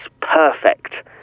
perfect